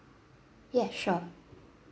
yes sure